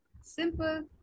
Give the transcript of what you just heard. simple